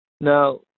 Now